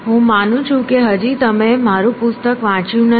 હું માનું છું કે હજી તમે મારું પુસ્તક વાંચ્યું નથી